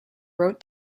wrote